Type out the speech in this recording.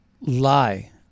lie